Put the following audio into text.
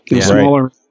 smaller